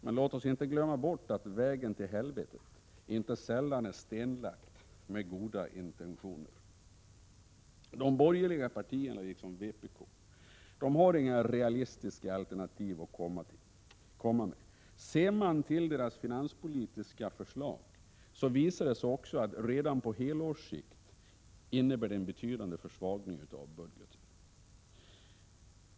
Men låt oss inte glömma bort att vägen till helvetet inte sällan är stenlagd med goda intentioner. De borgerliga partierna liksom vpk har inga realistiska alternativ att komma med. Ser man till deras finanspolitiska förslag, visar det sig också att dessa redan på helårssikt innebär en betydande försvagning av budgeten.